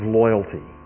loyalty